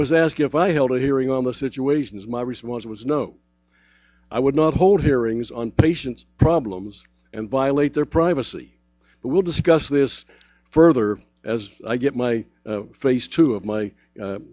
was asked if i held a hearing on the situation is my response was no i would not hold hearings on patients problems and violate their privacy but we'll discuss this further as i get my face two of my